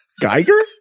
Geiger